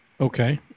Okay